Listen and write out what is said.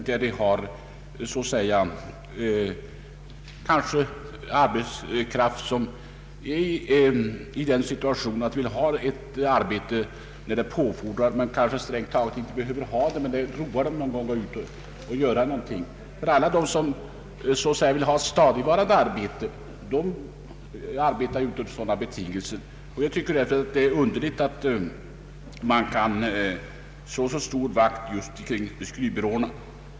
Det gäller här arbetskraft som är i den situationen att den kan tänka sig göra en arbetsinsats när det påfordras därför att det roar den. Dessa människor behöver strängt taget inte ha något arbete. Alla de som vill ha stadigvarande arbete arbetar inte på sådana betingelser. Jag tycker därför att det är underligt att man så starkt slår vakt kring skrivbyråerna.